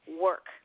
work